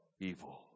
evil